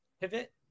pivot